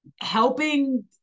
helping